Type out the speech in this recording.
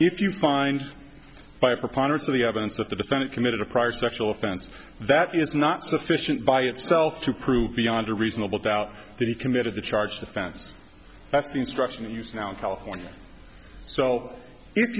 if you find by a preponderance of the evidence that the defendant committed a prior sexual offense that is not sufficient by itself to prove beyond a reasonable doubt that he committed the charge defense that's the instruction they use now in california so if